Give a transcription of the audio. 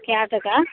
कए टाका